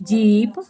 jeep